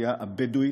באוכלוסייה הבדואית.